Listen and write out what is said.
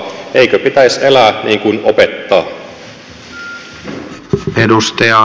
eikö pitäisi elää niin kuin opettaa